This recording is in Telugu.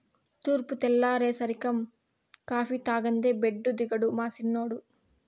తూర్పు తెల్లారేసరికం కాఫీ తాగందే బెడ్డు దిగడు మా సిన్నోడు